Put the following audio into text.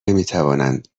نمیتوانند